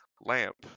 lamp